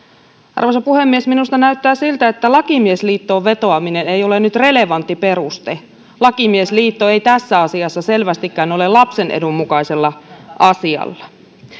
arvoisa puhemies minusta näyttää siltä että asianajajaliittoon vetoaminen ei ole nyt relevantti peruste asianajajaliitto ei tässä asiassa selvästikään ole lapsen edun mukaisella asialla